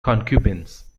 concubines